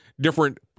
different